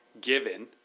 given